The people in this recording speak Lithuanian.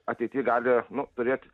ateity gali nu turėt